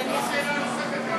זו לא שאלה נוספת.